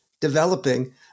developing